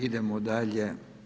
Idemo dalje.